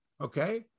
okay